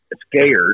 scared